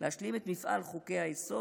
להשלים את מפעל חוקי-היסוד,